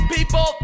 People